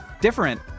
different